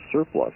surplus